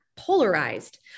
polarized